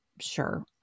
sure